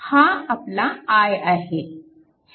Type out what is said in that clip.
हा आपला i आहे